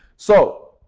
so,